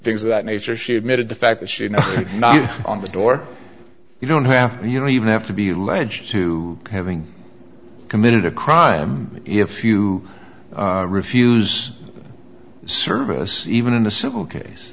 things of that nature she admitted the fact that she you know knocked on the door you don't have you don't even have to be legit to having committed a crime if you refuse service even in the civil case